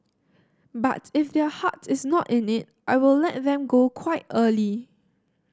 but if their heart is not in it I will let them go quite early